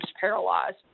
paralyzed